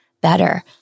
better